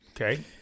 Okay